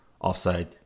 offside